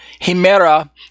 himera